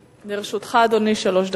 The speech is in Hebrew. לרשותך, אדוני, שלוש דקות.